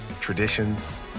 traditions